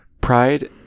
Pride